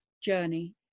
journey